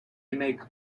make